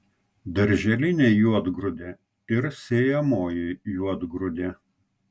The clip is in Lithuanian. darželinė juodgrūdė ir sėjamoji juodgrūdė